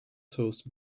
toast